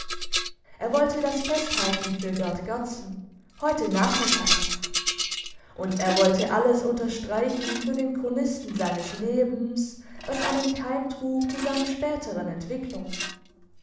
er wollte das festhalten für gerd gerdsen heute nachmittag noch und er wollte alles unterstreichen für den chronisten seines lebens was einen keim trug zu seiner späteren entwickelung